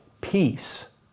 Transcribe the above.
peace